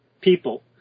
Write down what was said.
people